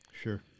Sure